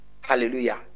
Hallelujah